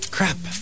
Crap